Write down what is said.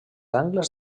angles